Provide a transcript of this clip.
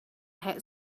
had